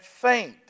faint